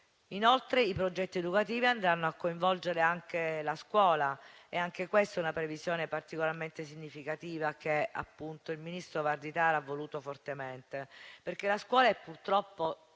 I progetti educativi andranno inoltre a coinvolgere anche la scuola. Anche questa è una previsione particolarmente significativa che il ministro Valditara ha voluto fortemente perché la scuola è purtroppo